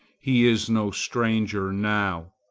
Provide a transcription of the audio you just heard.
he is no stranger now.